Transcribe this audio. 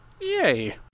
Yay